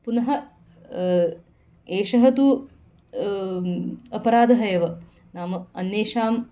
पुनः एषः तु अपराधः एव नाम अन्येषाम्